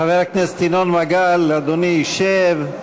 חבר הכנסת ינון מגל, אדוני ישב.